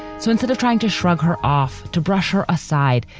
so instead of trying to shrug her off, to brush her aside,